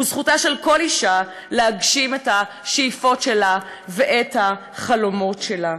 וזכותה של כל אישה להגשים את השאיפות שלה ואת החלומות שלה.